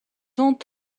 ont